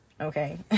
okay